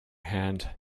hand